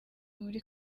muri